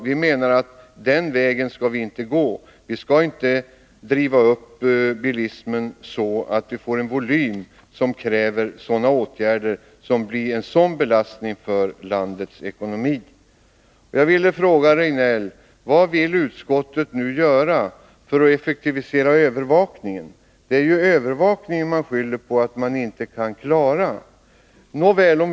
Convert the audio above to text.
Vi menar att bilismen inte får drivas upp till en sådan volym att den kräver åtgärder som blir en oerhörd belastning för landets ekonomi. Jag ställer frågan till Eric Rejdnell: Vad vill utskottet göra för att effektivisera övervakningen? Ni säger ju att man inte kan klara övervakningen.